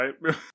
right